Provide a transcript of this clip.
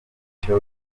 cyo